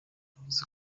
yavuze